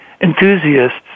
enthusiasts